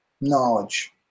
knowledge